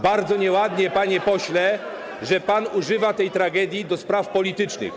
Bardzo nieładnie, panie pośle, że używa pan tej tragedii do spraw politycznych.